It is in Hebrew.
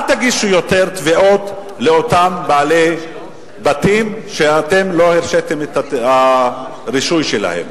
תגישו יותר תביעות לאותם בעלי בתים שאתם לא אישרתם את הרישוי שלהם.